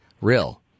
real